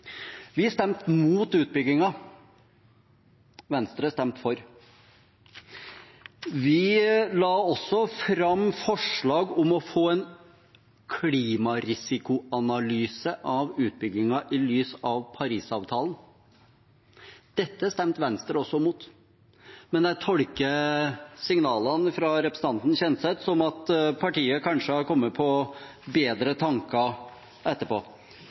Vi stemte imot utbyggingen. Venstre stemte for. Vi la også fram forslag om å få en klimarisikoanalyse av utbyggingen i lys av Parisavtalen. Dette stemte Venstre også imot, men jeg tolker signalene fra representanten Kjenseth som at partiet kanskje har kommet på bedre tanker etterpå.